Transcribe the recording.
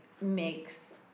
makes